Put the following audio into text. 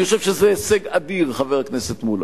אני חושב שזה הישג אדיר, חבר הכנסת מולה,